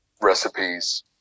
recipes